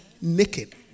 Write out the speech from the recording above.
naked